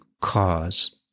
cause